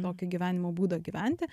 tokį gyvenimo būdą gyventi